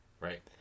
Right